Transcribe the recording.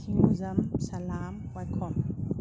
ꯊꯤꯉꯨꯖꯝ ꯁꯂꯥꯝ ꯋꯥꯏꯈꯣꯝ